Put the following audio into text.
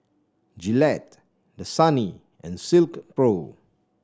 Gillette Dasani and Silkpro